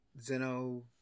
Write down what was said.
Zeno